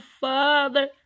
father